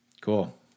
Cool